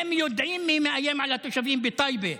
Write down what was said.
הם יודעים מי מאיים על התושבים בטמרה,